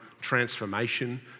transformation